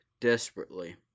desperately